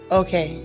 okay